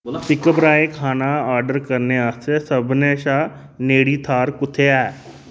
pickup राहें खाना order करने आस्तै सभनें शा नेड़ी थाह्र कु'त्थै ऐ